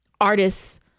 Artists